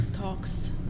talks